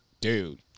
Dude